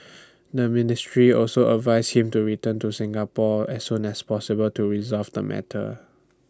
the ministry also advised him to return to Singapore as soon as possible to resolve the matter